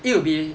it will be